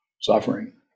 suffering